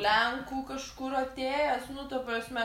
lenkų kažkur atėjęs nu ta prasme